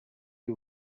you